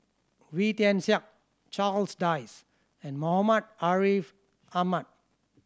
Wee Tian Siak Charles Dyce and Muhammad Ariff Ahmad